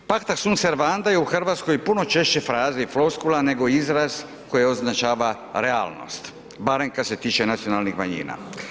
Pacta sunt servanda je u RH puno češće fraza i floskula nego izraz koji označava realnost, barem kada se tiče nacionalnih manjina.